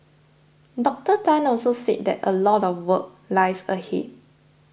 Doctor Tan also said that a lot of work lies ahead